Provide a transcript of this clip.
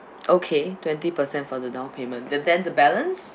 okay twenty percent for the down payment and then the balance